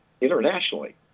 internationally